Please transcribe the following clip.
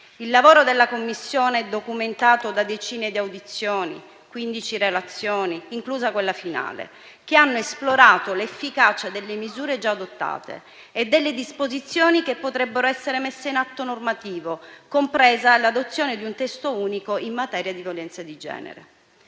Il lavoro della Commissione è documentato da decine di audizioni, quindici relazioni, inclusa quella finale, che hanno esplorato l'efficacia delle misure già adottate e delle disposizioni che potrebbero essere messe in atto normativo, compresa l'adozione di un testo unico in materia di violenza di genere.